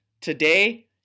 today